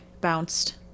bounced